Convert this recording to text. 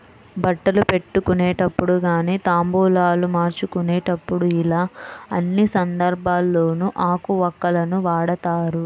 బట్టలు పెట్టుకునేటప్పుడు గానీ తాంబూలాలు మార్చుకునేప్పుడు యిలా అన్ని సందర్భాల్లోనూ ఆకు వక్కలను వాడతారు